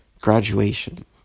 graduation